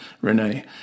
Renee